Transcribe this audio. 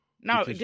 No